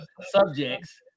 subjects